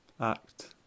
act